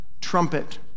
trumpet